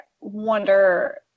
wonder